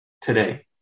today